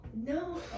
No